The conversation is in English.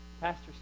Pastor